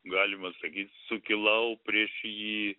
galima sakyt sukilau prieš jį